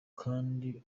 kandi